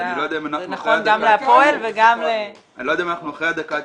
זה נכון גם להפועל וגם ל --- אני לא יודע אם אנחנו אחרי הדקה ה-90,